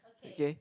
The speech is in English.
okay